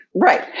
Right